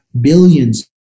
billions